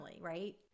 right